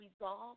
resolve